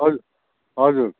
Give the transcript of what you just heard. हजुर हजुर